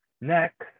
Next